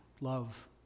Love